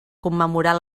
commemorar